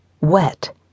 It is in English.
wet